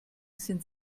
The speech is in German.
sind